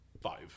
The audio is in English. five